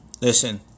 listen